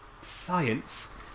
science